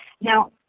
Now